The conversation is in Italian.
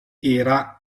era